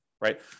right